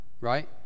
Right